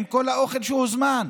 עם כל האוכל שהוזמן?